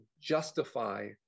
justify